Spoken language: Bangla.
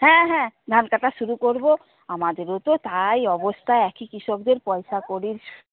হ্যাঁ হ্যাঁ ডাকা শুরু করব আমাদেরও তো তাই অবস্থা একই কৃষকদের পয়সা কড়ির